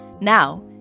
Now